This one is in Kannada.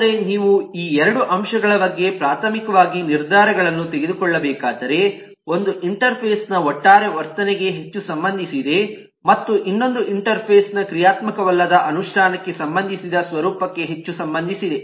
ಆದರೆ ನೀವು ಈ ಎರಡು ಅಂಶಗಳ ಬಗ್ಗೆ ಪ್ರಾಥಮಿಕವಾಗಿ ನಿರ್ಧಾರಗಳನ್ನು ತೆಗೆದುಕೊಳ್ಳಬೇಕಾದರೆ ಒಂದು ಇಂಟರ್ಫೇಸ್ ನ ಒಟ್ಟಾರೆ ವರ್ತನೆಗೆ ಹೆಚ್ಚು ಸಂಬಂಧಿಸಿದೆ ಮತ್ತು ಇನ್ನೊಂದು ಇಂಟರ್ಫೇಸ್ ನ ಕ್ರಿಯಾತ್ಮಕವಲ್ಲದ ಅನುಷ್ಠಾನಕ್ಕೆ ಸಂಬಂಧಿಸಿದ ಸ್ವರೂಪಕ್ಕೆ ಹೆಚ್ಚು ಸಂಬಂಧಿಸಿದೆ